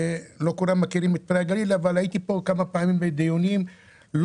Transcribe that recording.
כמה שנים את יו"ר ועד העובדים במפעל?